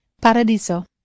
Paradiso